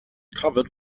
covered